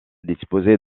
disposer